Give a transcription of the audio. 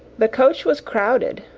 the coach was crowded,